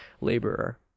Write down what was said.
laborer